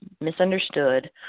misunderstood